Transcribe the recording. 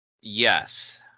Yes